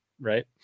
right